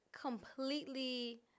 completely